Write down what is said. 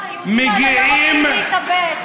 תכניס לך לראש, היהודים האלה לא רוצים להתאבד.